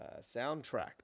soundtrack